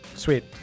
Sweet